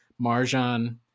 Marjan